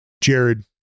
Jared